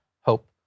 hope